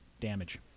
damage